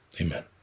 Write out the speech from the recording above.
Amen